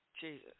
Jesus